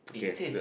okay uh